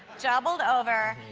doubled over.